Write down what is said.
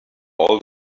all